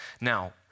Now